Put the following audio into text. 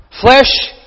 Flesh